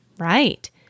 Right